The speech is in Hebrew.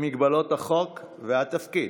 במגבלות החוק והתפקיד,